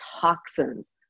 toxins